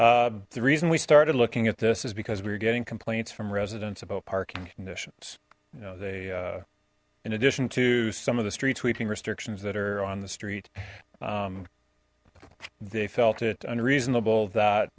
the reason we started looking at this is because we were getting complaints from residents about parking conditions you know they in addition to some of the street sweeping restrictions that are on the street they felt it unreasonable that